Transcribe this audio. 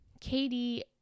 Katie